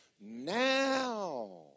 Now